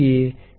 Rn સુધી છે